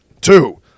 Two